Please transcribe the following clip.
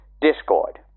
discord